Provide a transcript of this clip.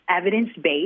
evidence-based